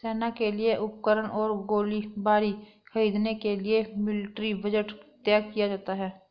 सेना के लिए उपकरण और गोलीबारी खरीदने के लिए मिलिट्री बजट तय किया जाता है